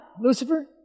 Lucifer